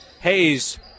Hayes